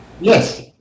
Yes